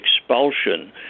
expulsion